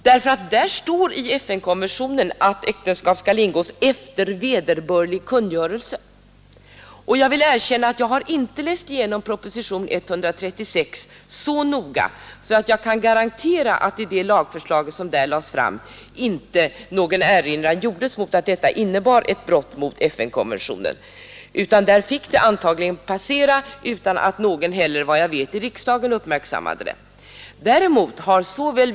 Det står nämligen i FN-konventionen att äktenskap skall ingås efter vederbörlig kungörelse. Jag vill erkänna att jag inte har läst igenom propositionen 136 år 1968 så noga att jag kan garantera att i det lagförslag som där lades fram inte gjordes någon erinran om att förslaget innebar ett brott mot FN-konventionen. Det förslaget fick antagligen passera utan att heller någon i riksdagen — vad jag vet — uppmärksammade brottet mot konventionen.